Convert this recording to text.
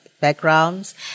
backgrounds